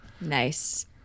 Nice